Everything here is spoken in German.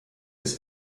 des